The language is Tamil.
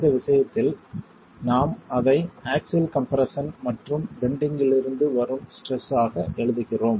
இந்த விஷயத்தில் நாம் அதை ஆக்ஸில் கம்ப்ரஸன் மற்றும் பெண்டிங்கி ருந்து வரும் ஸ்ட்ரெஸ் ஆக எழுதுகிறோம்